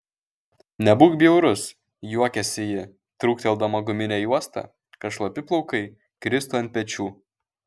nebūk bjaurus juokiasi ji trūkteldama guminę juostą kad šlapi plaukai kristų ant pečių